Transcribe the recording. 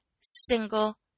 single